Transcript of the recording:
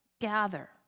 gather